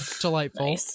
Delightful